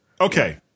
Okay